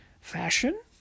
fashion